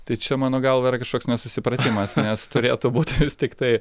tai čia mano galva yra kažkoks nesusipratimas nes turėtų būt tiktai